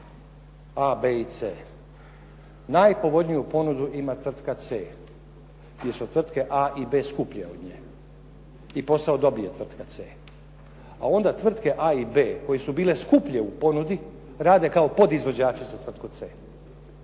a, b i c. Najpovoljniju ponudu ima tvrtka c, jer su tvrtke a i b skuplje od nje i posao dobije tvrtka c. A onda tvrtke a i b koje su bile skuplje u ponudi rade kao podizvođači za tvrtku c.